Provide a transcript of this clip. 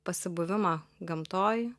pasibuvimą gamtoj